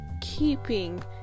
keeping